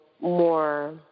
more